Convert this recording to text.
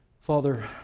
Father